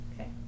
Okay